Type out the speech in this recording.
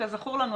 כזכור לנו,